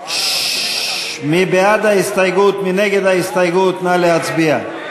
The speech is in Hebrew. עאידה תומא סלימאן,